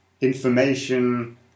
information